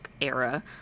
era